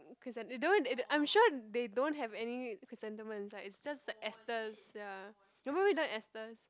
chrysan~ they don't they I'm sure they don't have any chrysanthemum inside it's just the esters ya remember we learn esters